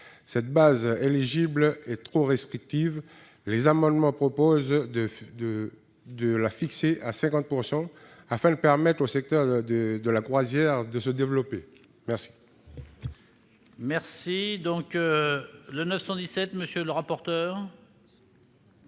Cette base éligible étant trop restrictive, il est proposé de la fixer à 50 % afin de permettre au secteur de la croisière de se développer. Quel